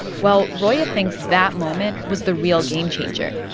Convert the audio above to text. well, roya thinks that moment was the real game-changer.